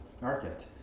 market